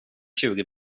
tjugo